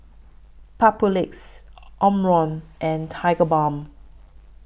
Papulex Omron and Tigerbalm